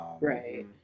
Right